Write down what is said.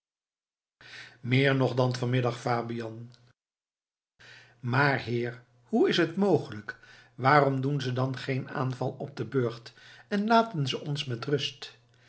meer nog dan van middag fabian maar heer hoe is het mogelijk waarom doen ze dan geen aanval op den burcht en laten ze ons met rust